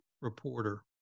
reporter